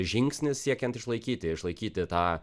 žingsnis siekiant išlaikyti išlaikyti tą